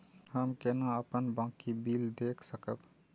हम केना अपन बाँकी बिल देख सकब?